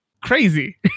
crazy